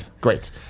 Great